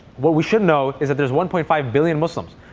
what we should know is that there's one point five billion muslims.